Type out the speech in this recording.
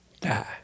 die